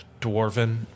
dwarven